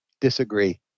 disagree